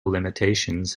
limitations